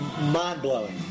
mind-blowing